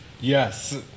Yes